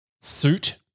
suit